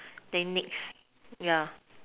they next yeah